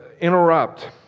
interrupt